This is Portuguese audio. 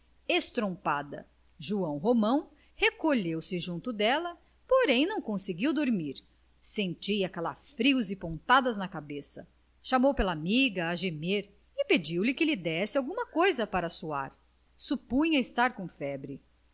estrompada joão romão recolheu-se junto dela porem não conseguiu dormir sentia calafrios e pontadas na cabeça chamou pela amiga a gemer e pediu-lhe que lhe desse alguma coisa para suar supunha estar com febre